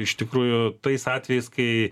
iš tikrųjų tais atvejais kai